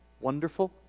wonderful